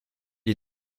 est